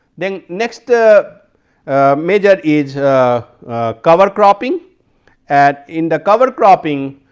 then next ah measure is ah cover cropping at in the cover cropping